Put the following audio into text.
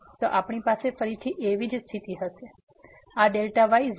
તેથી આપણી પાસે ફરીથી એવી જ સ્થિતિ છેઆ 0 y